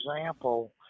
example